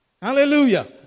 Hallelujah